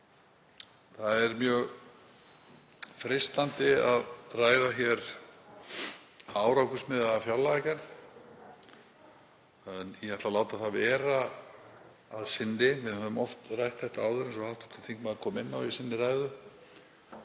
Það er mjög freistandi að ræða hér árangursmiðaða fjárlagagerð en ég ætla að láta það vera að sinni. Við höfum oft rætt þetta áður eins og hv. þingmaður kom inn á í sinni ræðu.